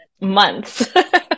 months